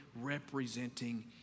representing